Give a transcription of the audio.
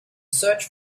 search